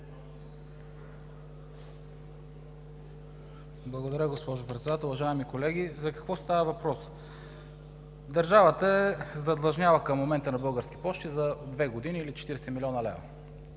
Благодаря, госпожо Председател. Уважаеми колеги, за какво става въпрос? Държавата е задлъжняла към момента на Български пощи за 2 години или с 40 млн. лв.